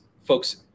folks